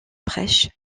prêches